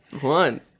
one